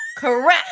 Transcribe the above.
Correct